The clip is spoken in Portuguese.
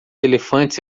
elefantes